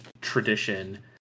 tradition